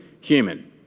human